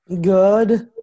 Good